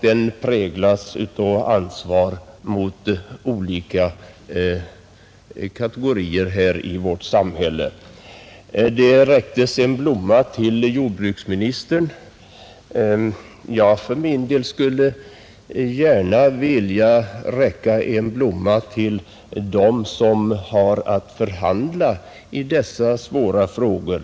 Den präglas av ansvar mot olika kategorier i vårt samhälle, Det räcktes en blomma till jordbruksministern. Jag för min del skulle gärna vilja räcka en blomma till dem som har att förhandla i dessa svåra frågor.